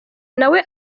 nawe